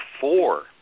four